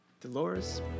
Dolores